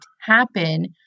happen